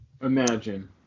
imagine